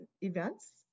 events